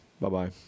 Bye-bye